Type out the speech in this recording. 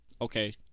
okay